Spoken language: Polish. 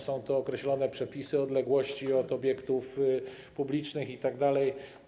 Są określone przepisy, odległości od obiektów publicznych itd.